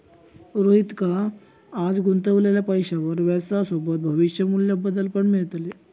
रोहितका आज गुंतवलेल्या पैशावर व्याजसोबत भविष्य मू्ल्य बदल पण मिळतले